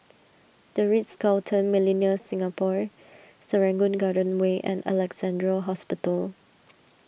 the Ritz Carlton Millenia Singapore Serangoon Garden Way and Alexandra Hospital